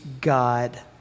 God